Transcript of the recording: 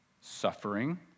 suffering